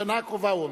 בשנה הקרובה, הוא אומר.